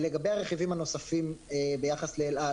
לגבי הרכיבים הנוספים ביחס לאל-על